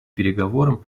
переговорам